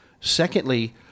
Secondly